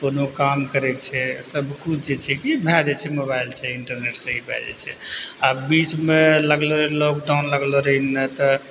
कोनो काम करयके छै सबकिछु जे छै कि भए जाइ छै मोबाइलसँ इन्टरनेटसँ ही भए जाइ छै आओर बीचमे लगलो रहय लॉकडाउन लगलो रहय ने तऽ